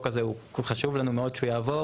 הזה הוא חשוב לנו מאוד שהוא יעבור.